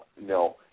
No